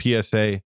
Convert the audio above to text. PSA